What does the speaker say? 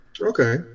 Okay